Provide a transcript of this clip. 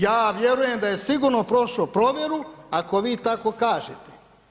Ja vjerujem da je sigurno prošao provjeru ako vi tako kažete.